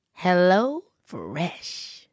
HelloFresh